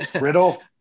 Riddle